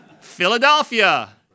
Philadelphia